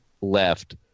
left